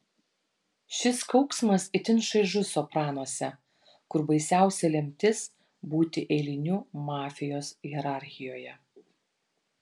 šis kauksmas itin šaižus sopranuose kur baisiausia lemtis būti eiliniu mafijos hierarchijoje